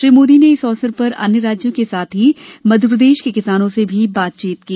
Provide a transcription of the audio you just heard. श्री मोदी ने इस अवसर पर अन्य राज्यों के साथ ही मध्यप्रदेश के किसानों से भी बातचीत की